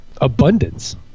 abundance